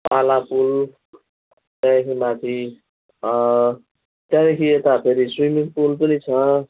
बालापुल त्यहाँदेखि माथि त्यहाँदेखि यता फेरि स्विमिङ पुल पनि छ